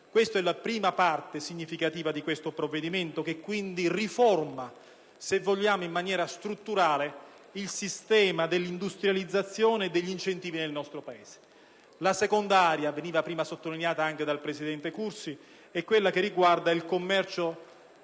Questa è la prima parte significativa di un provvedimento che quindi riforma, se vogliamo in maniera strutturale, il sistema dell'industrializzazione e degli incentivi nel nostro Paese. La seconda area - veniva sottolineato anche prima dal presidente Cursi - è quella che riguarda il commercio